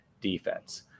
defense